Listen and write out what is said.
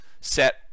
set